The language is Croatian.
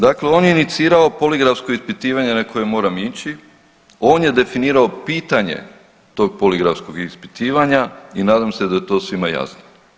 Dakle, on je inicirao poligrafsko ispitivanje na koje moram ići, on je definirao pitanje tog poligrafskog ispitivanja i nadam se da je to svima jasno.